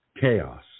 chaos